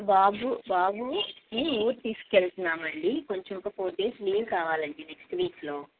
బాబు బాబుని ఊరు తీసుకెళ్తున్నామండి కొంచెం ఒక ఫోర్ డేస్ లీవ్ కావాలండి నెక్స్ట్ వీక్లో